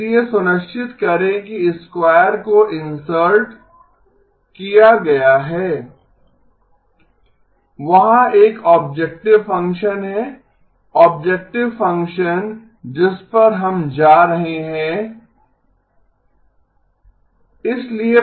इसलिए सुनिश्चित करें कि स्क्वायर को इन्सर्ट किया गया है वहाँ एक ऑब्जेक्टिव फंक्शन है ऑब्जेक्टिव फंक्शन जिस पर हम जा रहे हैं है α ϕ3 1−α ϕ2